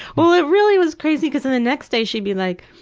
well, it really was crazy because then the next day she'd be like,